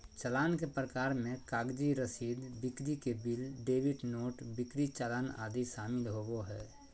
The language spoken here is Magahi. चालान के प्रकार मे कागजी रसीद, बिक्री के बिल, डेबिट नोट, बिक्री चालान आदि शामिल होबो हय